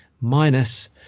minus